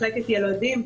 מחלקת ילדים,